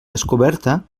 descoberta